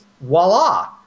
Voila